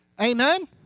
Amen